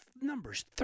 Numbers